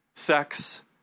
sex